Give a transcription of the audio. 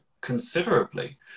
considerably